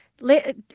let